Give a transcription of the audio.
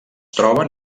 troben